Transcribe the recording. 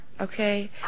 Okay